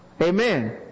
Amen